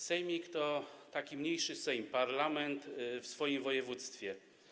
Sejmik to taki mniejszy Sejm, parlament w województwie.